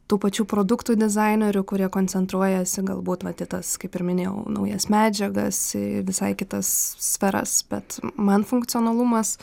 tų pačių produktų dizainerių kurie koncentruojasi galbūt vat į tas kaip ir minėjau naujas medžiagas į visai kitas sferas bet man funkcionalumas